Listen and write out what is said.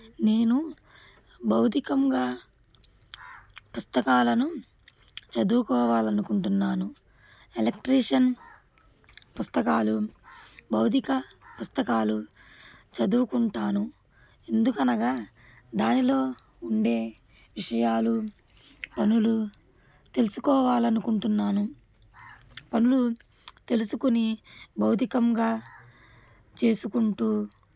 నేను భౌతికంగా పుస్తకాలను చదువుకోవాలనుకుంటున్నాను ఎలక్ట్రికల్ పుస్తకాలు భౌతిక పుస్తకాలు చదువుకుంటాను ఎందుకనగా దానిలో ఉండే విషయాలు పనులు తెల్సుకోవాలనుకుంటున్నాను పనులు తెలుసుకుని భౌతికంగా చేసుకుంటూ